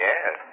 Yes